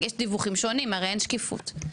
יש דיווחים שונים, הרי, אין שקיפות.